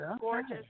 gorgeous